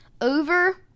over